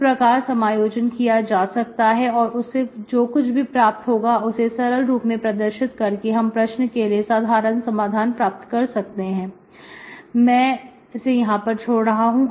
इस प्रकार समायोजन किया जा सकता है और उससे जो कुछ भी प्राप्त होगा उसे सरल रूप में प्रदर्शित करके हम प्रश्न के लिए साधारण समाधान प्राप्त कर सकते हैं मैं वैसे यहां पर छोड़ रहा हूं